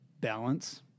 balance